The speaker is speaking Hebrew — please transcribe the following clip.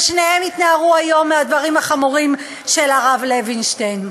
ושניהם התנערו היום מהדברים החמורים של הרב לוינשטיין.